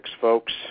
folks